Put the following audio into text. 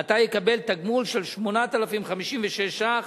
ומעתה יקבל תגמול של 8,056 ש"ח.